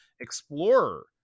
explorer